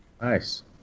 Nice